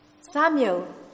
Samuel